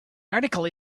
article